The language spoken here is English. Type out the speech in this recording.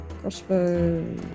Crossbow